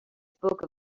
spoke